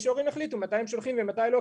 ושההורים יחליטו מתי הם שולחים ומתי לא,